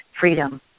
freedom